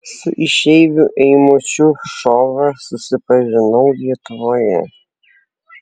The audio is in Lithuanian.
su išeiviu eimučiu šova susipažinau lietuvoje